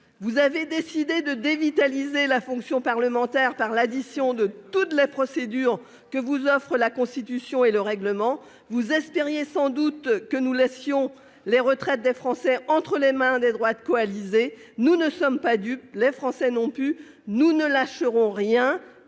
Vous avez décidé de dévitaliser la fonction parlementaire par l'addition de toutes les procédures que vous offrent la Constitution et le règlement. Vous espériez sans doute que nous laisserions les retraites des Français entre les mains des droites coalisées ; nous ne sommes pas dupes, les Français non plus ! Nous ne lâcherons rien,